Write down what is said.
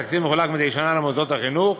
התקציב מחולק מדי שנה למוסדות החינוך